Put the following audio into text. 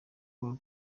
n’uko